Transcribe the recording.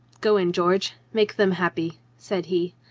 go in, george. make them happy, said he.